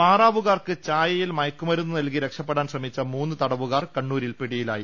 പാറാവുകാർക്ക് ചായയിൽ മയക്കുമരുന്ന് നൽകി രക്ഷപ്പെടാൻ ശ്രമിച്ച മൂന്നു തടവുകാർ കണ്ണൂരിൽ പിടിയിലായി